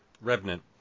Revenant